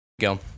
Go